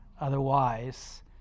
Otherwise